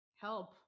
help